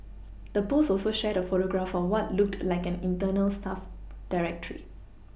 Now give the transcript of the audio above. the post also shared a photograph of what looked like an internal staff directory